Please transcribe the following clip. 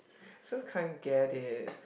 just can't get it